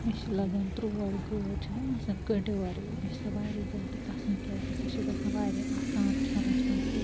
مےٚ چھِ لَگان تُرٛوٹ گٲڑ چھےٚ نا آسان کٔنٛڈیٛو وَرٲے مےٚ چھِ سۄ واریاہ زیادٕ پَسنٛد کیٛازِکہِ سۄ چھِ گژھان واریاہ آسان کھیٚنَس منٛز تہِ